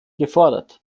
gefordert